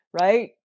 Right